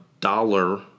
dollar